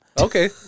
Okay